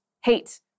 hate